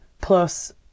plus